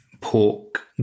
pork